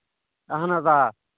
اَہن حظ آ